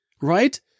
Right